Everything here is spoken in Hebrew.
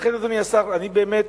לכן, אדוני השר, אני באמת